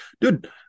dude